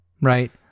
right